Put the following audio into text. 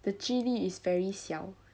the 几率 is very 小